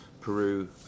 Peru